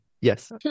Yes